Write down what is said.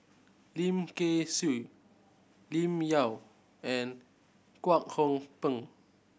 Lim Kay Siu Lim Yau and Kwek Hong Png